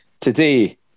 today